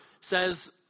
says